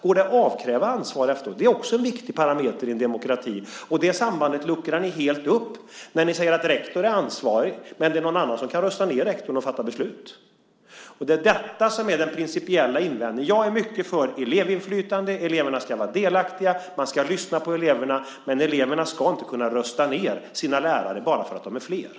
Går det att utkräva ansvar efteråt? Det är också en viktig parameter i en demokrati. Det sambandet luckrar ni helt upp när ni säger att rektorn är ansvarig men att någon annan kan rösta ned rektorn och fatta beslut. Det är detta som är min principiella invändning. Jag är mycket för elevinflytande. Eleverna ska vara delaktiga. Man ska lyssna på eleverna. Men eleverna ska inte kunna rösta ned sina lärare bara för att eleverna är flera.